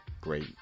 great